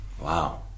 wow